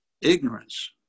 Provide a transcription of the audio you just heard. ignorance